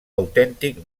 autèntic